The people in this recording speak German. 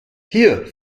hier